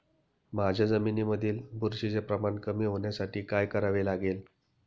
माझ्या जमिनीमधील बुरशीचे प्रमाण कमी होण्यासाठी काय करावे लागेल?